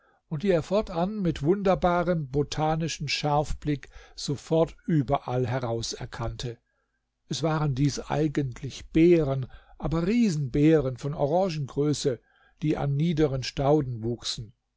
und die er fortan mit wunderbarem botanischen scharfblick sofort überall herauserkannte es waren dies eigentlich beeren aber riesenbeeren von orangengröße die an niederen stauden wuchsen